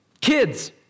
Kids